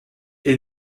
est